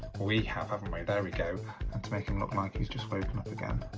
we have haven't we. there we go and to make him look like he's just woken up again